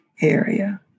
area